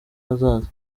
hazaza